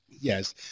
Yes